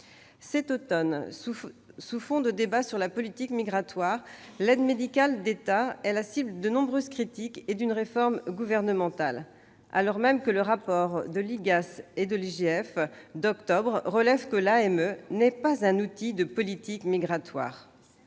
Cet automne, sur fond de débat sur la politique migratoire, l'aide médicale de l'État est la cible de nombreuses critiques et d'une réforme gouvernementale, alors même que le rapport de l'IGAS et de l'IGF d'octobre note que l'AME « n'est pas un outil de politique migratoire